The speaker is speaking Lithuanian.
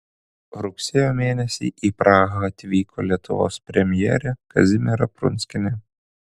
rugsėjo mėnesį į prahą atvyko lietuvos premjerė kazimiera prunskienė